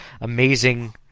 amazing